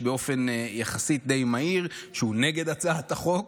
באופן די מהיר יחסית שהוא נגד הצעת החוק,